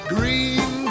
Green